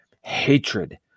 hatred